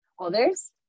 others